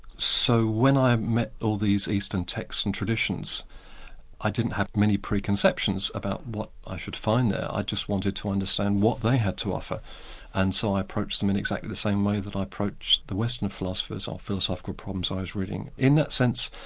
so when i met all these eastern texts and traditions i didn't have many preconceptions about what i should find there, i just wanted to understand what they had to offer and so i approached them in exactly the same way that i approached the western philosophers, or philosophical problems i was reading. in that sense,